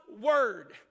word